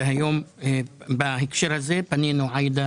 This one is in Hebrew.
והיום בהקשר הזה פנינו עאידה